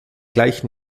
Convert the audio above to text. gleich